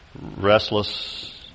restless